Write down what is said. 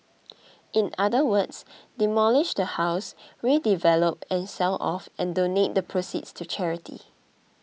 in other words demolish the house redevelop and sell off and donate the proceeds to charity